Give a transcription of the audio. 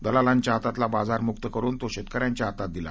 दलालांच्या हातातला बाजार मुक्त करुन तो शेतकऱ्यांच्या हातात दिला